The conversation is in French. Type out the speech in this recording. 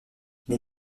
les